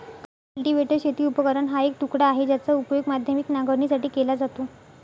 cultivator शेती उपकरण हा एक तुकडा आहे, ज्याचा उपयोग माध्यमिक नांगरणीसाठी केला जातो